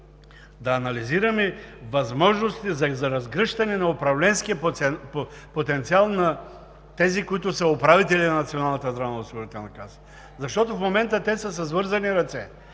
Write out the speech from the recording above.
да анализираме възможностите за разгръщане на управленския потенциал на тези, които са управители на Националната здравноосигурителна каса, защото в момента те са с вързани ръце.